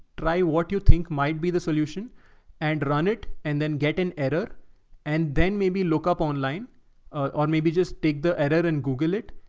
try what you think might be the solution and run it and then get an error and then maybe look up online or maybe just take the editor and google it,